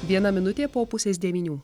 viena minutė po pusės devynių